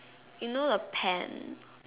you know the pen